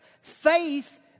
Faith